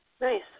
Nice